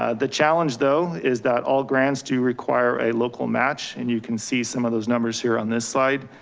ah the challenge though, is that all grants do require a local match, and you can see some of those numbers here on this side.